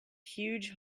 huge